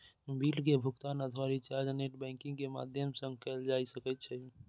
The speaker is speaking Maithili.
बिल के भुगातन अथवा रिचार्ज नेट बैंकिंग के माध्यम सं कैल जा सकै छै